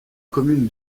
commune